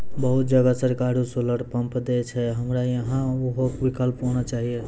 बहुत जगह सरकारे सोलर पम्प देय छैय, हमरा यहाँ उहो विकल्प होना चाहिए?